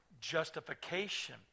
justification